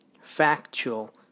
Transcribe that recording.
factual